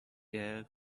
air